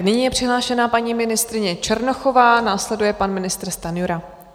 Nyní je přihlášena paní ministryně Černochová, následuje pan ministr Stanjura.